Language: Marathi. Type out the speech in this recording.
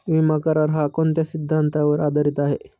विमा करार, हा कोणत्या सिद्धांतावर आधारीत आहे?